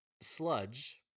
sludge